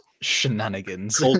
Shenanigans